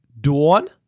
Dawn